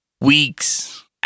Weeks